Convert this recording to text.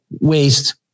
waste